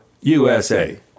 USA